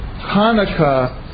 Hanukkah